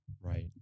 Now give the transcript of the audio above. Right